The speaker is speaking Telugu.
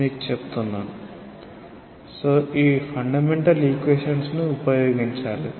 కాబట్టి మీరు ఈ ఫండమెంటల్ ఈక్వేషన్స్ ను ఉపయోగించాలి